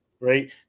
right